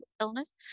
illness